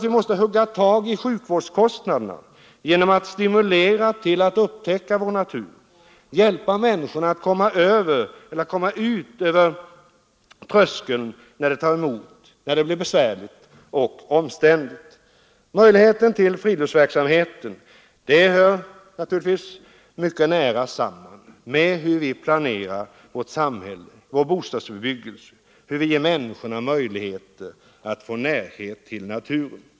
Vi måste hugga tag i sjukvårdskostnaderna genom att stimulera till att upptäcka vår natur, hjälpa människorna att komma ut över tröskeln när det tar emot, när det blir besvärligt och omständligt. Möjligheten till friluftsverksamhet hör naturligtvis också mycket nära samman med hur vi planerar vårt samhälle och vår bostadsbebyggelse, hur vi möjliggör för människorna att få närhet till naturen.